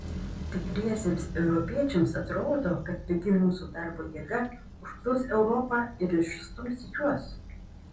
tikriesiems europiečiams atrodo kad pigi mūsų darbo jėga užplūs europą ir išstums juos